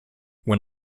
when